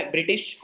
British